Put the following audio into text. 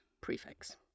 Prefix